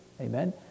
Amen